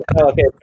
okay